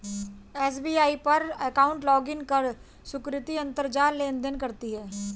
SBI पर account login कर सुकृति अंतरजाल लेनदेन करती है